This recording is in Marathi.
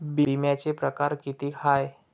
बिम्याचे परकार कितीक हाय?